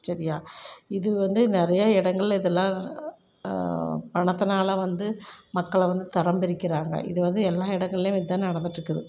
சரியா இது வந்து நிறைய இடங்கள்ல இதெல்லாம் பணத்தினால வந்து மக்களை வந்து தரம் பிரிக்கிறாங்க இது வந்து எல்லா இடங்கள்லேயும் இதான் நடந்துட்டுருக்குது